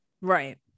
Right